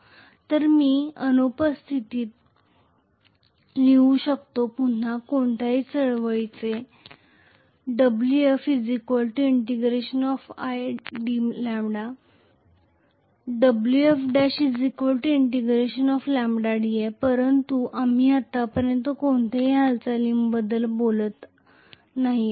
तर मी पुन्हा कोणत्याही हालचालींच्या अनुपस्थितीत लिहू शकतो wf ∫𝑖𝑑𝜆 wf1 ∫𝜆𝑑i परंतु आम्ही आतापर्यंत कोणत्याही हालचालींबद्दल बोलत नाही आहोत